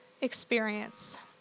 experience